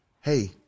hey